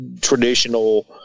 traditional